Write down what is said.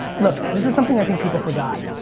look, this is something i think people forgot.